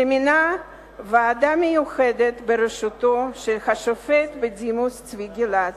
שמינה ועדה מיוחדת בראשותו של השופט בדימוס צבי גילת.